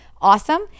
awesome